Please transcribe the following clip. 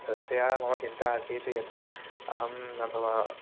तस्याः मम चिन्ता आसीत् यत् अहं न भवा